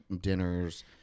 dinners